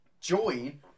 join